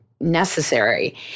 necessary